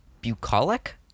Bucolic